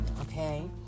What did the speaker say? okay